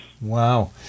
Wow